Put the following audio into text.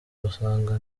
basanga